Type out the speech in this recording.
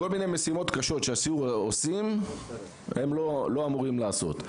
כל מיני משימות קשות שהסיור עושים הם לא אמורים לעשות.